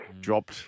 dropped